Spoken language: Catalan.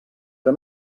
que